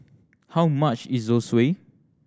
how much is Zosui